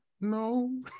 No